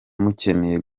mukeneye